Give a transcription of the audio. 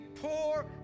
poor